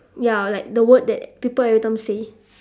ya like the word that people every time say